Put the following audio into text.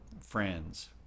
friends